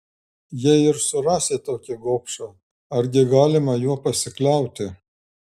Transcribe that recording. jei ir surasi tokį gobšą argi galima juo pasikliauti